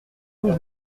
âme